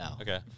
Okay